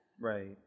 Right